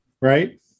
right